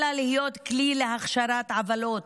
אל לה להיות כלי להכשרת עוולות,